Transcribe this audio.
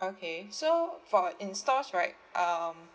okay so for in stores right um